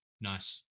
Nice